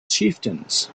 chieftains